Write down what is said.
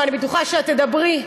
ואני בטוחה שאת תדברי,